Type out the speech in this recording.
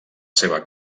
seva